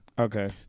Okay